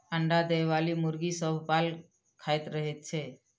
अंडा देबयबाली मुर्गी सभ पाल खाइत रहैत छै